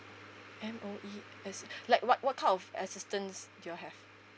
M_O_E assi~ like what what kind of assistance do you all have